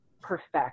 perfect